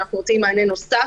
אנחנו מוציאים מענה נוסף,